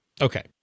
okay